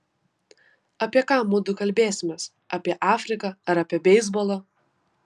apie ką mudu kalbėsimės apie afriką ar apie beisbolą